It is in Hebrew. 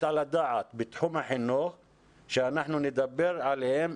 על הדעת בתחום החינוך שאנחנו נדבר עליהם,